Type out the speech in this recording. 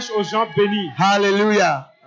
Hallelujah